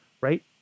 right